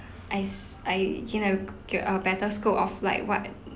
I s~ I gain a better scope of like what